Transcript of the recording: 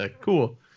Cool